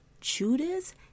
Judas